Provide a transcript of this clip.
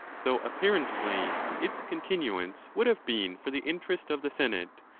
though apparently its con tinuance would have been for the interest of the senate,